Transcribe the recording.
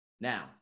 Now